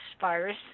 virus